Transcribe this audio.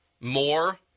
more